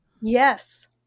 Yes